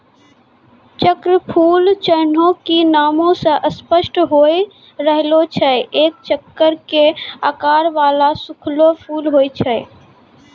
चक्रफूल जैन्हों कि नामै स स्पष्ट होय रहलो छै एक चक्र के आकार वाला सूखलो फूल होय छै